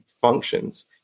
functions